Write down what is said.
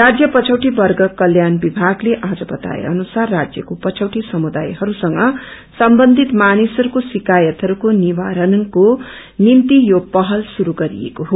राज्य पछौटे वर्ग कल्याण विभागले आज बताए अनुसार राज्यको पछौटे समुदायहरूसंग सम्बन्धित मानिसहरूको शिकायतहरूको निवारणको निम्ति यो पहल शुस्र गरिएको हो